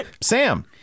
Sam